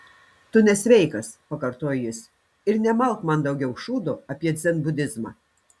tu nesveikas pakartojo jis ir nemalk man daugiau šūdo apie dzenbudizmą